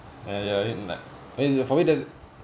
I mean for me that's